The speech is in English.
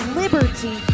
liberty